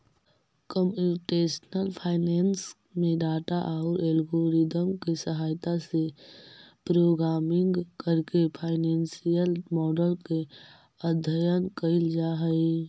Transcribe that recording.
computational finance में data औउर algorithm के सहायता से प्रोग्रामिंग करके फाइनेंसियल मॉडल के अध्ययन कईल जा हई